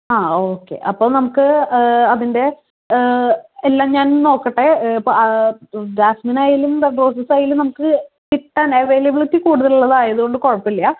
okay അപ്പോൾ നമുക്ക് അതിൻ്റെ എല്ലാം ഞാൻ നോക്കട്ടെ ജാസ്മിനായാലും റെഡ് റോസസ് ആയാലും നമുക്ക് കിട്ടുകയാണേൽ അവൈലബിലിറ്റി കൂടുതലായത് കൊണ്ട് കുഴപ്പമില്ല